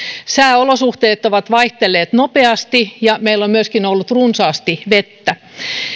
sääolosuhteet ovat vaihdelleet nopeasti ja meillä on myöskin ollut runsaasti vettä